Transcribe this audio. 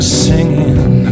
singing